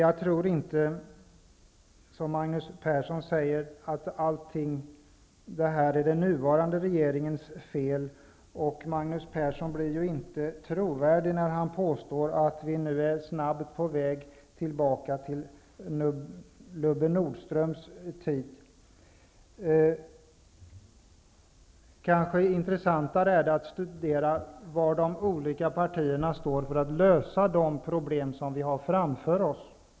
Jag tror inte som Magnus Persson att allt detta är den nuvarande regeringens fel. Magnus Persson blir ju inte trovärdig när han påstår att vi nu snabbt är på väg tillbaka till Lubbe Nordströms tid. Kanske är det intressantare att studera hur de olika partierna föreslår att vi skall lösa de problem vi har framför oss.